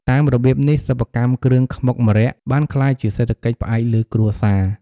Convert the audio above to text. តាមរបៀបនេះ សិប្បកម្មគ្រឿងខ្មុកម្រ័ក្សណ៍បានក្លាយជាសេដ្ឋកិច្ចផ្អែកលើគ្រួសារ។